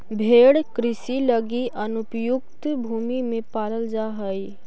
भेंड़ कृषि लगी अनुपयुक्त भूमि में पालल जा हइ